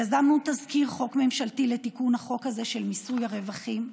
יזמנו תזכיר חוק ממשלתי לתיקון החוק הזה של מיסוי הרווחים,